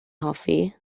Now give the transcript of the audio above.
hoffi